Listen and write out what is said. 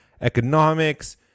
economics